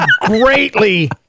greatly